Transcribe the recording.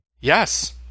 Yes